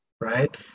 right